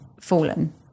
fallen